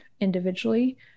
individually